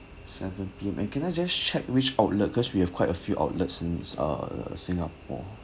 seventeen and can I just check which outlet because we have quite a few outlet in uh singapore